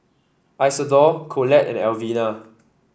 Isidore Collette and Alvina